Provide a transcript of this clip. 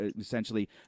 essentially